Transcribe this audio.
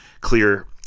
clear